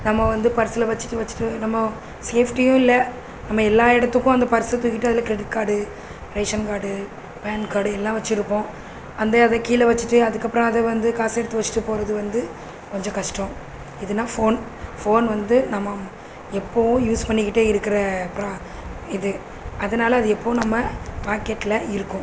நம்ம வந்து பர்ஸில் வச்சுட்டு வச்சுட்டு நம்மோ சேஃப்ட்டியும் இல்லை நம்ம எல்லா இடத்துக்கும் அந்த பர்ஸ்ஸை தூக்கிட்டு அதில் credit card ration card pan card எல்லாம் வச்சுருப்போம் அந்த அது கீழே வச்சுட்டு அதுக்கப்புறம் அதை வந்து காசை எடுத்து வச்சுட்டு போகிறது வந்து கொஞ்சம் கஷ்டம் இதுனா ஃபோன் ஃபோன் வந்து நம்ம எப்போவும் யூஸ் பண்ணிக்கிட்டே இருக்கிற ப்ரா இது அதனால அது எப்போவும் நம்ம பேக்கெட்டில் இருக்கும்